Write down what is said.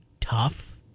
tough